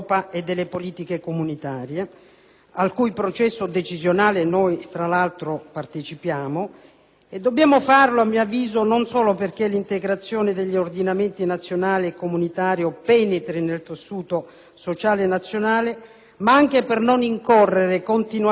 al cui processo decisionale noi tra l'altro partecipiamo. Dobbiamo farlo non solo perché l'integrazione degli ordinamenti nazionale e comunitario penetri nel tessuto sociale nazionale, ma anche per non incorrere continuamente in cattive figure